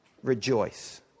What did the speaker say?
Rejoice